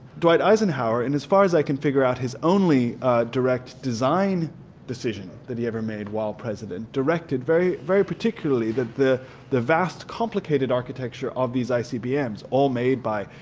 dwight eisenhower, in as far as i can figure out his only direct design decision that he ever made while president, directed very very particularly the the vast complicated architecture of these icbm's all made by,